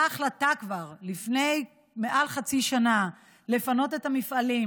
החלטה כבר לפני מעל חצי שנה לפנות את המפעלים,